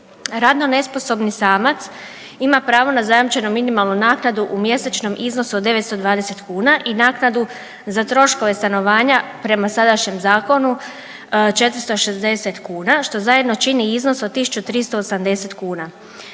radno nesposobni samac ima pravo na zajamčenu minimalnu naknadu u mjesečnom iznosu od 920 kuna i naknadu za troškove stanovanja prema sadašnjem zakonu 460 kuna, što zajedno čini iznos od 1.380 kuna.